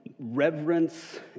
reverence